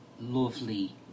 lovely